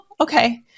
okay